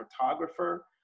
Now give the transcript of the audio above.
photographer